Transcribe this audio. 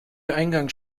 eingangs